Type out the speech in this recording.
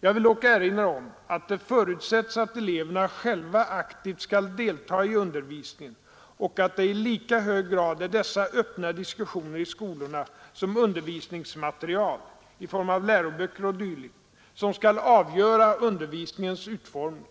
Jag vill dock erinra om att det förutsätts att eleverna själva aktivt skall delta i undervisningen och att det i lika hög grad är dessa öppna diskussioner i skolorna som undervisningsmaterial i form av läroböcker o. d. som skall avgöra undervisningens utformning.